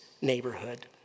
neighborhood